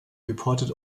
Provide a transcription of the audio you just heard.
reported